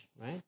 right